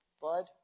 bud